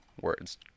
words